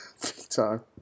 time